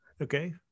Okay